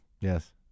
Yes